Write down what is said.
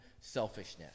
selfishness